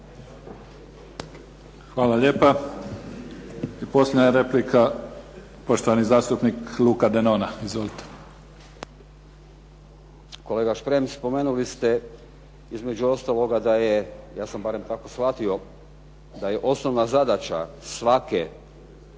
Hvala lijepa. Posljednja replika, poštovani zastupnik Luka Denona. **Denona, Luka (SDP)** Kolega Šprem spomenuli ste između ostaloga, da je ja sam barem tako shvatio da je osnovna zadaća svake